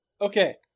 okay